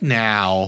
now